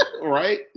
Right